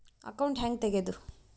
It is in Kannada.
ಅಕೌಂಟ್ ಹ್ಯಾಂಗ ತೆಗ್ಯಾದು?